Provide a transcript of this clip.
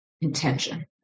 intention